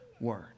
word